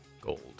Gold